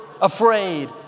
afraid